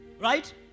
right